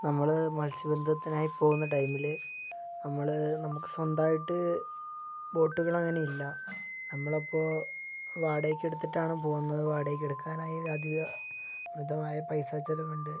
നമ്മൾ മത്സ്യബന്ധനത്തിനായി പോകുന്ന ടൈമിൽ നമ്മൾ നമുക്ക് സ്വന്തമായിട്ട് ബോട്ടുകൾ അങ്ങനെയില്ല നമ്മളപ്പോൾ വാടകയ്ക്ക് എടുത്തിട്ടാണ് പോകുന്നത് വാടകയ്ക്ക് എടുക്കാനായി അധിക മിതമായ പൈസ ചിലവുണ്ട്